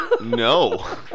no